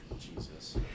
Jesus